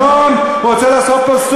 אדוני היושב-ראש, הוא רוצה לעשות פה לבנון?